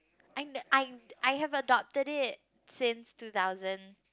I ne~ I I have adopted it since two thousand